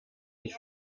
ich